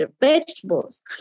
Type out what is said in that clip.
vegetables